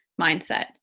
mindset